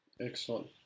Excellent